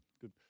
good